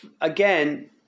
again